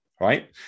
right